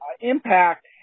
impact